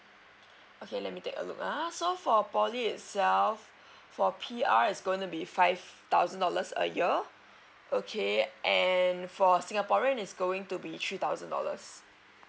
okay let me take a look ah so for poly itself for P_R is going to be five thousand dollars a year okay and for singaporean is going to be three thousand dollars